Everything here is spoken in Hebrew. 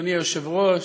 אדוני היושב-ראש,